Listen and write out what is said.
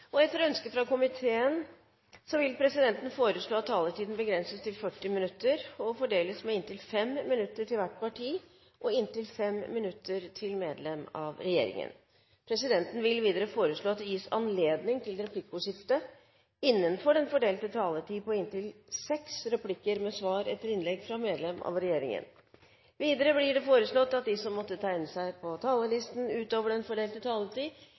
og forsvarskomiteen vil presidenten foreslå at taletiden begrenses til 40 minutter og fordeles med inntil 5 minutter til hvert parti og inntil 5 minutter til medlem av regjeringen. Videre vil presidenten foreslå at det gis anledning til replikkordskifte på inntil seks replikker med svar etter innlegg fra medlem av regjeringen innenfor den fordelte taletid. Videre blir det foreslått at de som måtte tegne seg på talerlisten utover den fordelte taletid,